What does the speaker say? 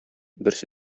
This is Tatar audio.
берсе